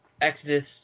Exodus